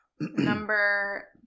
Number